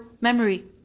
memory